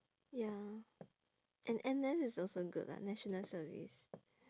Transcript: ya and N_S is also good lah national service